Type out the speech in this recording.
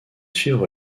suivre